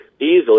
easily